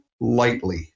lightly